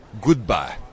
goodbye